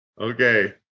Okay